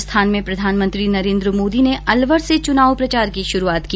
राजस्थान में प्रधानमंत्री नरेन्द्र मोदी ने अलवर से चुनाव प्रचार की शुरूआत की